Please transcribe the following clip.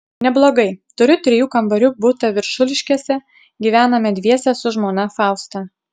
neblogai turiu trijų kambarių butą viršuliškėse gyvename dviese su žmona fausta